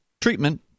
treatment